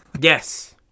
yes